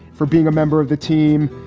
for being a member of the team.